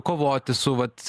kovoti su vat